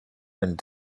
and